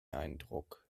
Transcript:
eindruck